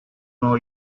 know